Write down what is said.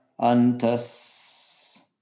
antas